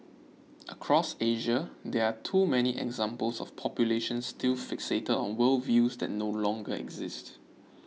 across Asia there are too many examples of populations still fixated on worldviews that no longer exist